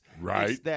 Right